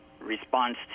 response